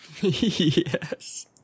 Yes